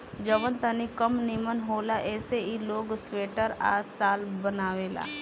जवन तनी कम निमन होला ऐसे ई लोग स्वेटर आ शाल बनावेला